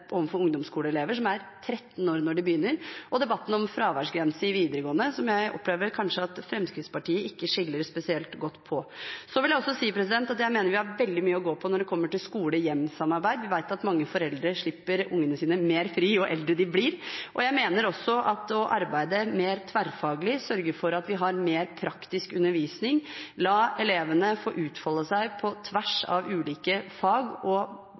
overfor ungdomsskoleelever, som er 13 år når de begynner, og debatten om fraværsgrense i videregående, noe jeg opplever at kanskje Fremskrittspartiet ikke skiller spesielt godt på. Jeg mener også at vi har veldig mye å gå på når det gjelder skole–hjem-samarbeid. Vi vet at mange foreldre slipper ungene sine mer fri jo eldre de blir. Jeg mener også at ved å arbeide mer tverrfaglig, sørge for at vi har mer praktisk undervisning, la elevene få utfolde seg på tvers av ulike fag – og